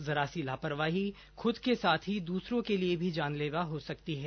जरा सी लापरवाही खुद के साथ ही दूसरों के लिये भी जानलेवा हो सकती है